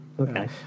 Okay